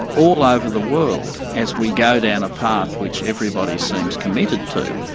all over the world as we go down a path which everybody seems committed to,